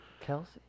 Kelsey